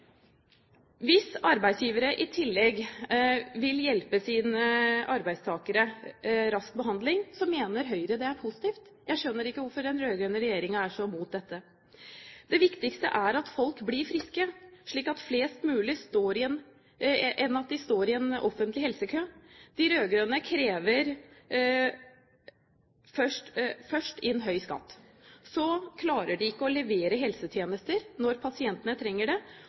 Hvis arbeidsgivere i tillegg vil hjelpe sine arbeidstakere med rask behandling, mener Høyre det er positivt. Jeg skjønner ikke hvorfor den rød-grønne regjeringen er så imot dette. Det viktigste er at folk blir friske, ikke at de står i en offentlig helsekø. De rød-grønne krever først inn høy skatt. Så klarer de ikke å levere helsetjenester når pasientene trenger det.